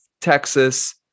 Texas